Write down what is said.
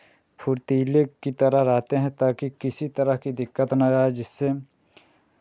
फ़ुर्तीले की तरह रहते हैं ताकि किसी तरह की दिक्कत ना आए जिससे